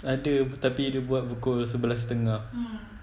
ada tapi dia buat pukul sebelas setengah